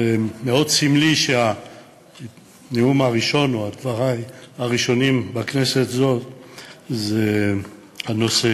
זה מאוד סמלי שהנאום הראשון או דברי הראשונים בכנסת זו הם בעצם בנושא